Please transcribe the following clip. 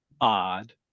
odd